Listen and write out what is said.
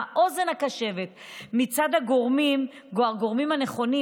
האוזן הקשבת מצד הגורמים הנכונים,